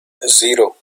zero